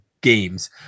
games